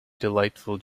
delightful